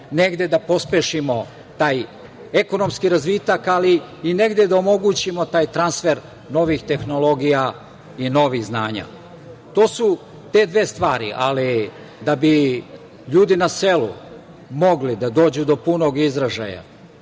negde da pospešimo taj ekonomski razvitak, ali i negde da omogućimo taj transfer novih tehnologija i novih znanja. To su te dve stvari, ali da bi ljudi na selu mogli da dođu do punog izražaja.